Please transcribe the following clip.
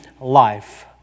life